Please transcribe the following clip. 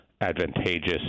advantageous